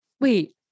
Wait